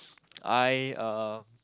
I uh